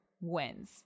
wins